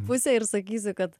pusę ir sakysiu kad